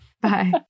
Bye